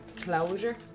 closure